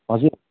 हजुर